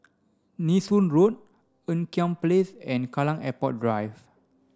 Nee Soon Road Ean Kiam Place and Kallang Airport Drive